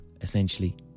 essentially